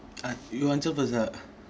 uh you answer first lah